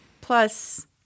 Plus